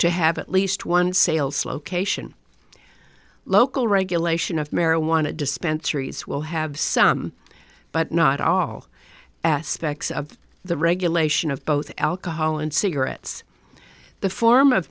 to have at least one sales location local regulation of marijuana dispensaries will have some but not all aspects of the regulation of both alcohol and cigarettes the form of